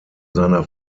seiner